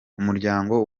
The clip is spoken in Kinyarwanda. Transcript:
umuryango